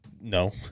No